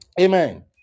Amen